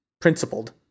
principled